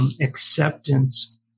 acceptance